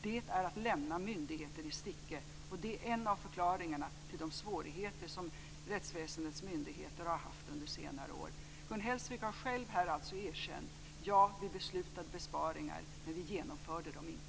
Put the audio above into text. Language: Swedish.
Det är att lämna myndigheter i sticket, och det är en av förklaringarna till de svårigheter som rättsväsendets myndigheter har haft under senare år. Gun Hellsvik har själv här erkänt: Ja, vi beslutade om besparingar, men vi genomförde dem inte.